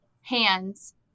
hands